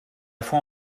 fois